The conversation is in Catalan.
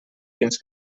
fins